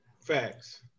facts